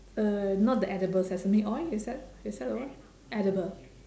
uh not the edible sesame oil is that is that the what edible